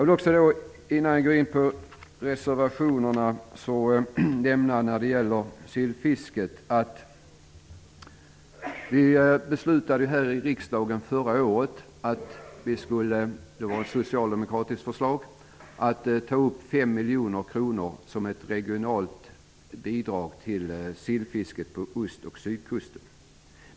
Innan jag kommer in på reservationerna vill jag i fråga om sillfisket nämna att riksdagen förra året beslutade i enlighet med ett socialdemokratiskt förslag att ge 5 miljoner kronor som ett regionalt bidrag till sillfisket på ost och sydkusten.